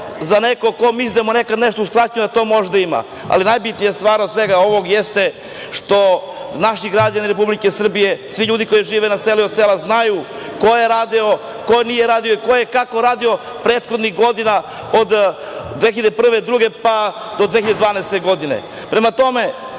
za nekog ko misli da mu je nekad uskraćeno da to može da ima, ali najbitnija stvar od svega ovoga jeste što naši građani Republike Srbije, svi ljudi koji žive na selu i od sela znaju ko je radio, ko nije radio i ko je kako radio prethodnih godina od 2001/2002, pa do 2012. godine. Prema